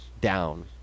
down